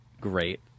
great